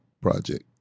Project